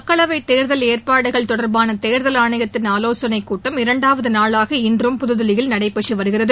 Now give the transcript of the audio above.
மக்களவைத் தேர்தல் ஏற்பாடுகள் தொடர்பான தேர்தல் ஆணையத்தின் ஆலோசனைக்கூட்டம் இரண்டாவது நாளாக இன்றும் புதுதில்லியில் நடைபெற்று வருகிறது